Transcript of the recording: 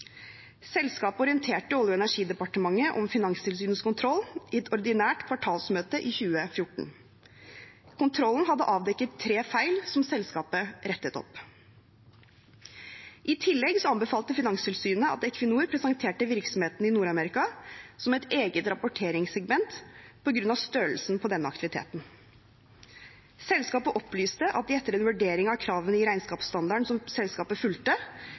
Selskapet orienterte Olje- og energidepartementet om Finanstilsynets kontroll i et ordinært kvartalsmøte i 2014. Kontrollen hadde avdekket tre feil som selskapet rettet opp. I tillegg anbefalte Finanstilsynet at Equinor presenterte virksomheten i Nord-Amerika som et eget rapporteringssegment på grunn av størrelsen på denne aktiviteten. Selskapet opplyste at de etter en vurdering av kravene i regnskapsstandarden som selskapet fulgte,